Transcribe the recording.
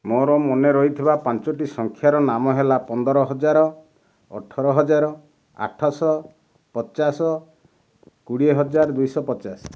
ମୋର ମାନେ ରହିଥିବା ପାଞ୍ଚଟି ସଂଖ୍ୟାର ନାମ ହେଲା ପନ୍ଦର ହଜାର ଅଠର ହଜାର ଆଠଶହ ପଚାଶ କୋଡ଼ିଏ ହଜାର ଦୁଇଶହ ପଚାଶ